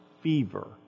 fever